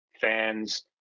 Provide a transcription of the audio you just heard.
fans